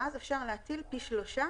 ואז אפשר להטיל פי שלושה